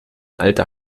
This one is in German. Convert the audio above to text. alter